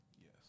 Yes